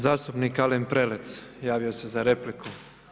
Zastupnik Alen Prelec, javio se za repliku.